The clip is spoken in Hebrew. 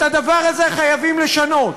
את הדבר הזה חייבים לשנות.